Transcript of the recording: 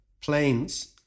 planes